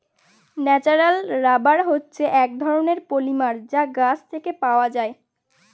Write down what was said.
natural rubber হচ্ছে এক রকমের পলিমার যা গাছ থেকে পাওয়া যায়